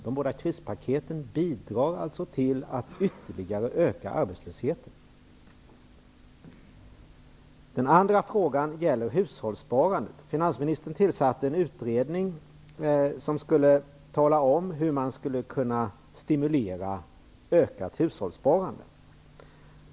De båda krispaketen bidrar till att ytterligare öka arbetslösheten? Min andra fråga gäller hushållssparandet. Finansministern tillsatte en utredning som skulle tala om hur man skulle kunna stimulera till ett ökat hushållssparande.